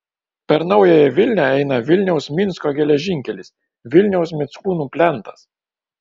per naująją vilnią eina vilniaus minsko geležinkelis vilniaus mickūnų plentas